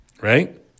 Right